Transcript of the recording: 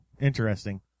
Interesting